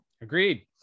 agreed